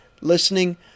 listening